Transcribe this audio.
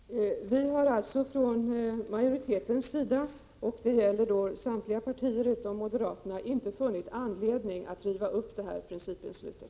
Herr talman! Vi har alltså från majoritetens sida — och det gäller samtliga partier utom moderaterna — inte funnit anledning att riva upp principbeslutet.